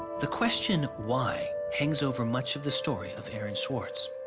the question why? hangs over much of the story of aaron swartz.